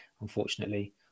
unfortunately